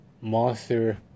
monster